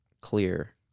clear